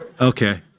Okay